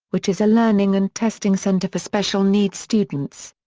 which is a learning and testing center for special needs students.